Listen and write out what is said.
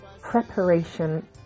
preparation